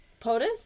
POTUS